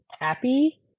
happy